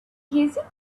hissing